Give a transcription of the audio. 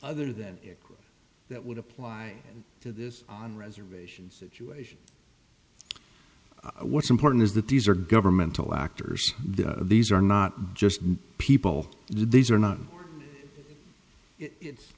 other then that would apply to this on reservation situation what's important is that these are governmental actors these are not just people these are not it's